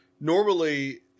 normally –